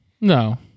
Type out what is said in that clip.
No